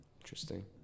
Interesting